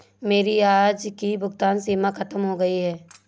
मेरी आज की भुगतान सीमा खत्म हो गई है